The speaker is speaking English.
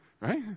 right